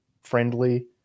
friendly